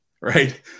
right